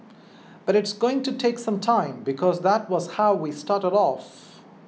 but it's going to take some time because that was how we started off